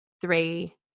three